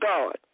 God